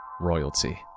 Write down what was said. royalty